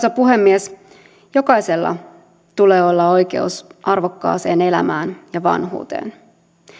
arvoisa puhemies jokaisella tulee olla oikeus arvokkaaseen elämään ja vanhuuteen